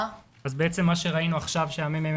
בעצם, מה שראינו עכשיו שהמ.מ.מ.